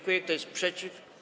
Kto jest przeciw?